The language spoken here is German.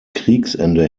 kriegsende